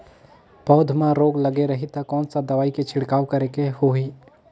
पौध मां रोग लगे रही ता कोन सा दवाई के छिड़काव करेके होही?